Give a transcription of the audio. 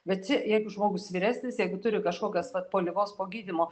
bet čia jeigu žmogus vyresnis jeigu turi kažkokias vat po ligos po gydymo